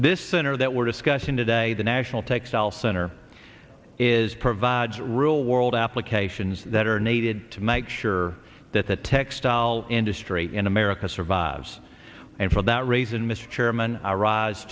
this center that we're discussing today the national textile center is provides real world applications that are needed to make sure that the textile industry in america survives and for that reason mr chairman